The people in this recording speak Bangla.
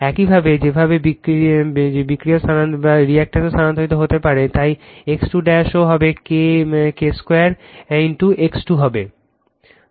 একইভাবে যেভাবে বিক্রিয়াও স্থানান্তরিত হতে পারে তাই X2 ও K 2 X2 হবে